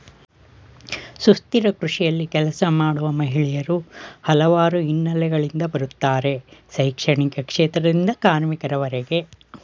ಸುಸ್ಥಿರ ಕೃಷಿಯಲ್ಲಿ ಕೆಲಸ ಮಾಡುವ ಮಹಿಳೆಯರು ಹಲವಾರು ಹಿನ್ನೆಲೆಗಳಿಂದ ಬರುತ್ತಾರೆ ಶೈಕ್ಷಣಿಕ ಕ್ಷೇತ್ರದಿಂದ ಕಾರ್ಮಿಕರವರೆಗೆ